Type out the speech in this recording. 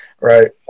right